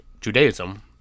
judaism